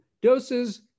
doses